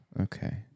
Okay